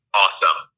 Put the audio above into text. awesome